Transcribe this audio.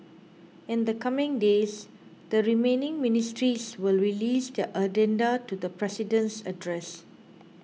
in the coming days the remaining ministries will release their addenda to the President's address